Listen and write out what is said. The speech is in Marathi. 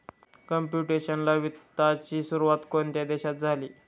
कंप्युटेशनल वित्ताची सुरुवात कोणत्या देशात झाली?